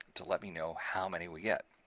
to let me know how many we get.